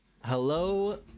Hello